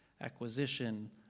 acquisition